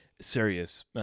serious